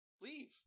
leave